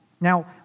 Now